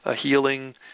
healing